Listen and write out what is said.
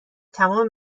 تمام